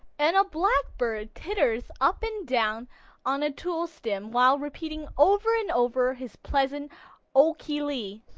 and a blackbird teeters up and down on a tulle stem while repeating over and over his pleasant o-ko-lee.